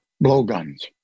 blowguns